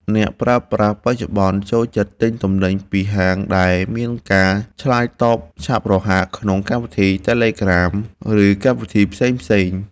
អ្នកប្រើប្រាស់បច្ចុប្បន្នចូលចិត្តទិញទំនិញពីហាងដែលមានការឆ្លើយតបឆាប់រហ័សក្នុងកម្មវិធីតេឡេក្រាម ឬកម្មវិធីផ្សេងៗ។